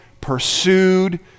pursued